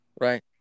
Right